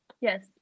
Yes